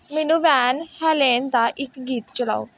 ਮੈਨੂੰ Van Halen ਦਾ ਇੱਕ ਗੀਤ ਚਲਾਓ